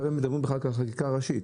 השאלה אם מדברים על חקיקה ראשית?